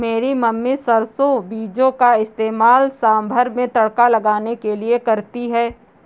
मेरी मम्मी सरसों बीजों का इस्तेमाल सांभर में तड़का लगाने के लिए करती है